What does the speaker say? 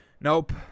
Nope